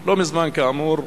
לא מזמן, כאמור,